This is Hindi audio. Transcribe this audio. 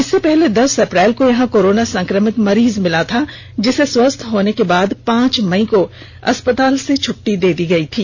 इससे पहले दस अप्रैल को यहां कोरोना संक्रमित मरीज मिला था जिसे स्वस्थ होने के बाद पांच मई को अस्पताल से छट्टी दे दी गई थी